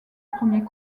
premiers